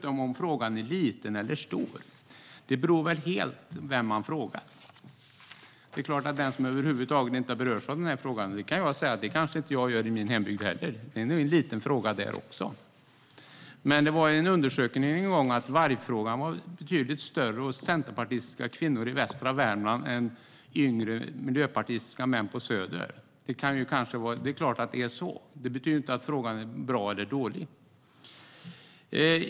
Och om frågan är liten eller stor beror helt på vem man frågar. Jag berörs inte av detta i min hembygd. Det är en liten fråga där. En undersökning om vargfrågan visade att den var betydligt större bland centerpartistiska kvinnor i västra Värmland än bland yngre miljöpartistiska män på Söder. Det är klart att det är på det sättet. Men det innebär inte att frågan skulle vara bra eller dålig.